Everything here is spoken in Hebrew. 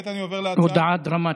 הודעה דרמטית.